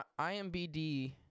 IMBD